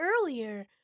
earlier